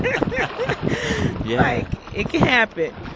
yeah yeah like, it can happen.